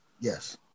yes